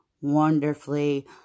wonderfully